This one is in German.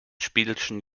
spielchen